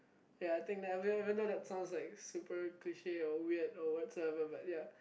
ya I think everyone even though that sounds like super cliche or weird or whatsoever but ya